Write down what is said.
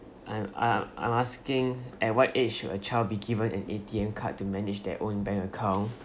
I'm I'm I'm asking at what age should a child be given an A_T_M card to manage their own bank account